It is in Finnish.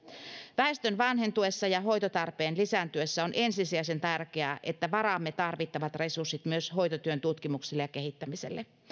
väestön vanhentuessa ja hoitotarpeen lisääntyessä on ensisijaisen tärkeää että varaamme tarvittavat resurssit myös hoitotyön tutkimukselle ja kehittämiselle